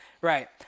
right